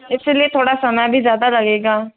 इसीलिए थोड़ा समय भी ज़्यादा लगेगा